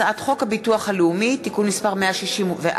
הצעת חוק הביטוח הלאומי (תיקון מס' 164),